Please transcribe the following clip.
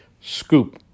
scoop